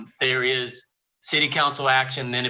there is city council action, and